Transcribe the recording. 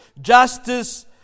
Justice